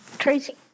Tracy